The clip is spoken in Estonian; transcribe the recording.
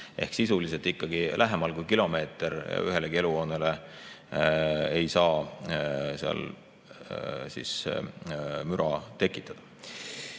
Ehk sisuliselt ikkagi lähemal kui kilomeeter ühelegi eluhoonele ei saa seal müra tekitada.